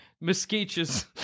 mosquitoes